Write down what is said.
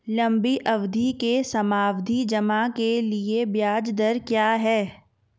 लंबी अवधि के सावधि जमा के लिए ब्याज दर क्या है?